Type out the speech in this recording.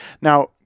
Now